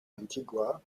antigua